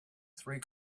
three